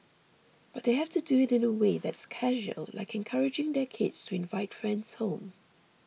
but they have to do it in a way that's casual like encouraging their kids to invite friends home